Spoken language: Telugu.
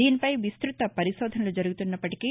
దీనిపై విస్తృత పరిశోధనలు జరుగుతున్నప్పటికీ